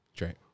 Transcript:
right